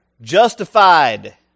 Justified